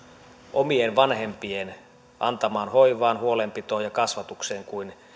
omien vanhempien antamaan hoivaan huolenpitoon ja kasvatukseen kuin